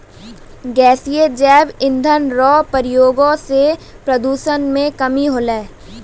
गैसीय जैव इंधन रो प्रयोग से प्रदूषण मे कमी होलै